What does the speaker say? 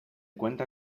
cuenta